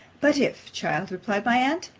but if, child, replied my aunt,